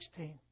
16